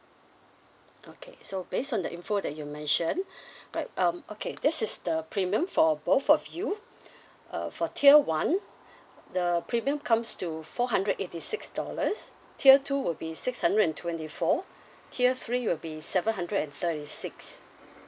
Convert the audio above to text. okay so based on the info that you mentioned right um okay this is the premium for both of you uh for tier one the premium comes to four hundred eighty six dollars tier two would be six hundred and twenty four tier three will be seven hundred and thirty six